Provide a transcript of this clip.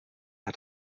hat